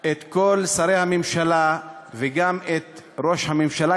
את כל שרי הממשלה וגם את ראש הממשלה,